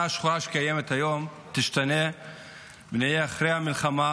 השחורה שקיימת היום תשתנה ונהיה אחרי המלחמה,